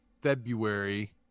February